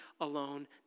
alone